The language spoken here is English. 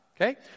okay